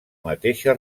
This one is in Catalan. mateixa